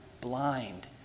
blind